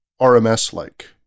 RMS-like